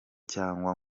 cyangwa